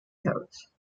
coat